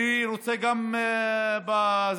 אני רוצה גם לשאול,